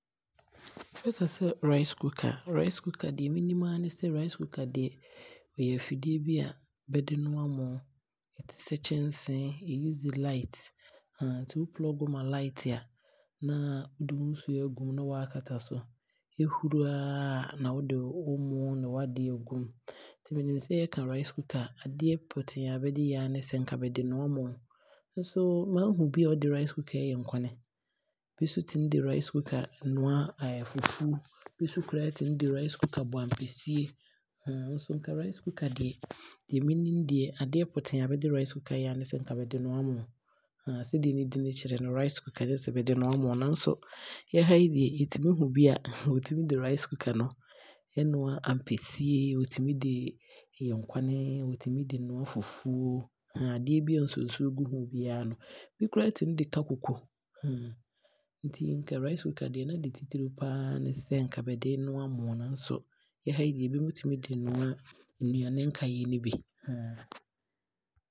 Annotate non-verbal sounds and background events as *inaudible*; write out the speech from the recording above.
*hesitation* bɛkasɛ rice cooker a, rice cooker deɛ menim aa ne sɛ rice cooker deɛ *hesitation* ɛyɛ afidie bi a, bɛde noa moo. Ɛtesɛɛ kyɛnsee ɛ use light *hesitation* nti wo plug ma light a na wode wo nsuo aagum na woakata so. Ɛhuru a na wode wo moo ne awadeɛ agum. Menim sɛ yɛka rice cooker a adeɛ pɔtee a bɛde yɛ aa ne sɛ nka bɛde noa moo nso maahu bia ɔde rice cooker ɛɛyɛ nkwane. Bi nso tumi de rice cooker noa *hesitation* fufuo, bi so koraa tumi de rice cooker bɔ ampesie *hesitation* nso nka rice cooker deɛ, deɛ menim deɛ adeɛ pɔtee a bɛde rice cooker ɛyɛ aa ne sɛ nka bɛde noa moo. *hesitation* Sɛdeɛ ne dini kyerɛ no, rice cooker na sɛ bɛde noa moo nso yɛha yi deɛ bɛtumi hu bi a ɔtumi de rice cooker no ɛnoa ampesie, ɔtumi de yɛ nkwane, ɔtumi de noa fufuo *hesitation* adeɛ biaa wotumi de nsuo gu ho biaa no, bi koraa tumi de ka koko *hesitation* nti rice cooker deɛ na de titire paa ne sɛ nka bɛde bɛnoa moo nso yɛha yi deɛ ɛbi mo tumi de noa nnuane no nyinaa bi. *hesitation*